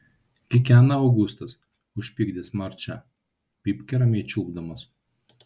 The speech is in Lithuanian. kikena augustas užpykdęs marčią pypkę ramiai čiulpdamas